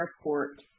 airport